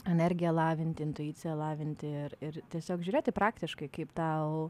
energiją lavinti intuiciją lavinti ir ir tiesiog žiūrėti praktiškai kaip tau